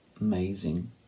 amazing